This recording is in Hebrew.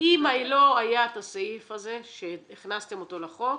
אם לא היה הסעיף הזה שהכנסתם לחוק,